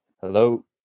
hello